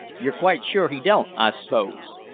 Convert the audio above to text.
you're quite sure he don't, i spose?